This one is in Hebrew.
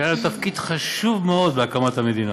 שהיה להם תפקיד חשוב מאוד בהקמת המדינה